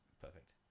Perfect